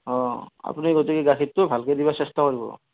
অঁ আপনি গতিকে গাখীৰটো ভালকৈ দিবলে চেষ্টা কৰিব